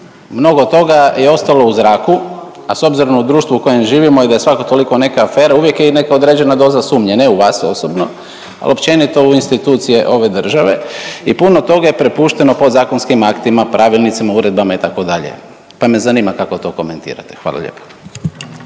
mnogo toga je ostalo u zraku, a s obzirom u društvu u kojem živimo i da je svako toliko neka afera uvijek je i neka određena doza sumnje, ne u vas osobno, al općenito u institucije ove države i puno toga je prepušteno podzakonskim aktima, pravilnicima, uredbama itd., pa me zanima kako to komentirate. Hvala lijepa.